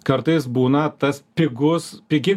kartais būna tas pigus pigi